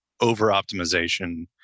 over-optimization